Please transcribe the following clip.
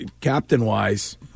captain-wise –